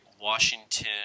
Washington